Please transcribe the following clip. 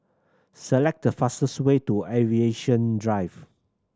select the fastest way to Aviation Drive